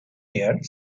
year